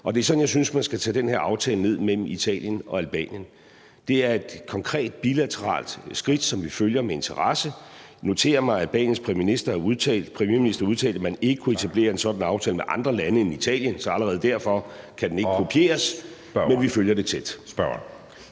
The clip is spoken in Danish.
Og det er sådan, jeg synes man skal tage den her aftale mellem Italien og Albanien ned. Det er et konkret bilateralt skridt, som vi følger med interesse. Jeg noterer mig, at Albaniens premierminister har udtalt, at man ikke kunne etablere en sådan aftale med andre lande end Italien. Så allerede derfor kan den ikke kopieres, men vi følger det tæt.